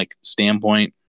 standpoint